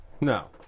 No